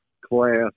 class